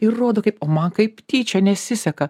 ir rodo kaip o man kaip tyčia nesiseka